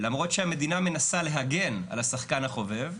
למרות שהמדינה מנסה להגן על השחקן החובב,